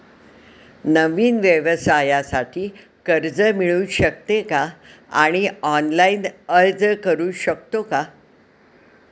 नवीन व्यवसायासाठी कर्ज मिळू शकते का आणि ऑनलाइन अर्ज करू शकतो का?